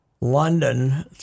London